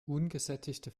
ungesättigte